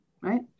right